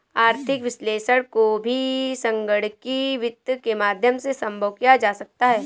आर्थिक विश्लेषण को भी संगणकीय वित्त के माध्यम से सम्भव किया जा सकता है